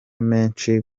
menshi